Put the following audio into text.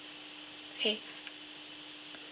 okay